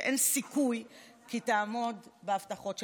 שאין סיכוי כי תעמוד בהבטחות שנתת.